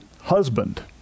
husband